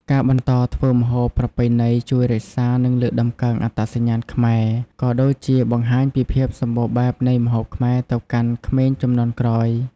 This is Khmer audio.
ការបន្តធ្វើម្ហូបប្រពៃណីជួយរក្សា និងលើកតម្កើងអត្តសញ្ញាណខ្មែរ ក៏ដូចជាបង្ហាញពីភាពសម្បូរបែបនៃម្ហូបខ្មែរទៅកាន់ក្មេងជំនាន់ក្រោយ។